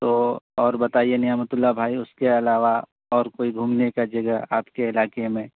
تو اور بتائیے نعمت اللہ بھائی اس کے علاوہ اور کوئی گھومنے کا جگہ آپ کے علاقے میں